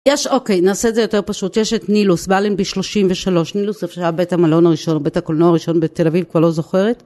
יש אוקיי נעשה את זה יותר פשוט יש את נילוס באלנבי 33 נילוס איפה שהיה בית המלון הראשון בית הקולנוע הראשון בתל אביב כבר לא זוכרת